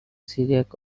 syriac